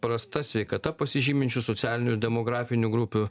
prasta sveikata pasižyminčių socialinių ir demografinių grupių